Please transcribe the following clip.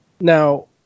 Now